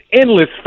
endless